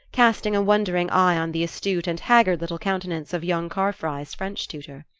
casting a wondering eye on the astute and haggard little countenance of young carfry's french tutor.